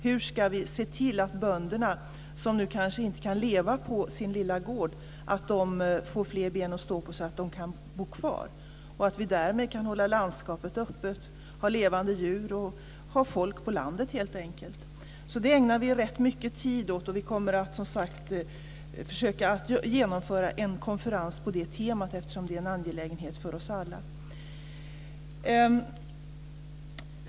Hur ska vi se till att de bönder som inte kan leva på sina små gårdar får fler ben att stå på så att de kan bo kvar? Därmed kan vi hålla landskapet öppet, ha levande djur och helt enkelt ha folk på landet. Vi ägnar rätt mycket tid åt det, och vi kommer att försöka genomföra en konferens på det temat. Det är en angelägenhet för oss alla.